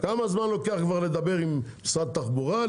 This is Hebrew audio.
כמה זמן לוקח לדבר עם משרד התחבורה?